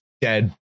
dead